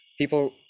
People